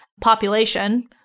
population